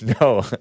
no